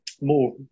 More